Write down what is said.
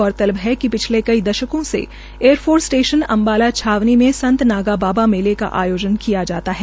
गौरतलब है कि कई दशकों से एयर फोर्स स्टेशन अम्बाला छावनी में संत नागा बाबा मेले का आयोजन किया जाता है